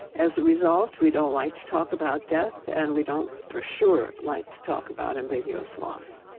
as a result, we don't like to talk about death, and we don't, for sure, like to talk about ambiguous loss